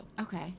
Okay